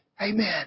Amen